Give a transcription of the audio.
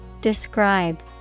Describe